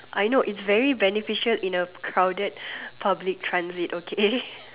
I know it's very beneficial in a crowded public transit okay